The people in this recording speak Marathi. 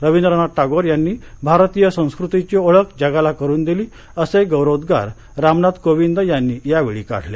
रवींद्रनाथ टागोर यांनी भारतीय संस्कृतीची ओळख जगाला करून दिली असे गौरवोद्वार रामनाथ कोविंद यांनी यावेळी काढले